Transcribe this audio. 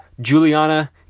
Juliana